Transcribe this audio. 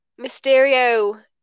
Mysterio